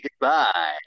goodbye